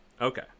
Okay